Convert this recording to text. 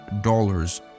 dollars